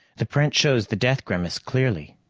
the print shows the death grimace clearly.